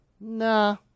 nah